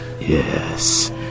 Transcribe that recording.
Yes